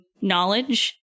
knowledge